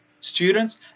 students